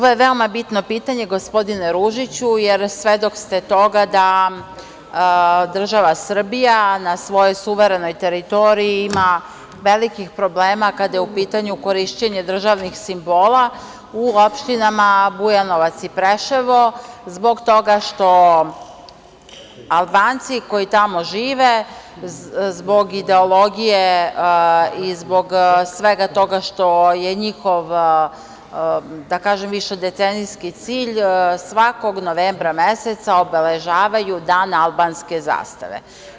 Ovo je veoma bitno pitanje, gospodine Ružiću, jer svedok ste toga da država Srbija na svojoj suverenoj teritoriji ima velikih problema kada je u pitanju korišćenje državnih simbola u opštinama Bujanovac i Preševo zbog toga što Albanci koji tamo žive, zbog ideologije i zbog svega toga što je njihov višedecenijski cilj, svakog novembra meseca obeležavaju dan albanske zastave.